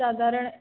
साधारण